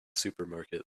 supermarket